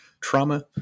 Trauma